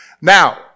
Now